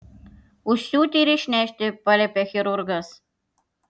užsiūti ir išnešti paliepė chirurgas